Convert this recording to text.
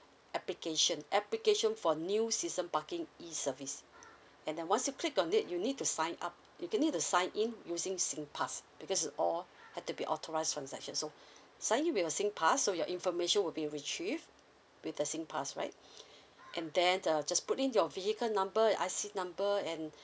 application application for new season parking E service and then once you click on it you need to sign up you need to sign in using singpass because is all had to be authorise transaction so sign in with your singpass so your information will be retrieved with the singpass right and then uh just put in your vehicle number and I_C number and